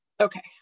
Okay